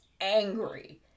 angry